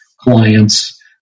clients